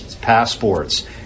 passports